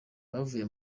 yavuye